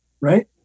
right